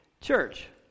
church